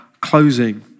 closing